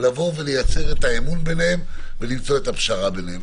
לבוא ולייצר את האמון ביניהם ולמצוא את הפשרה ביניהם.